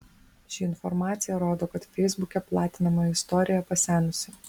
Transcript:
ši informacija rodo kad feisbuke platinama istorija pasenusi